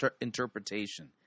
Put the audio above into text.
interpretation